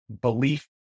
belief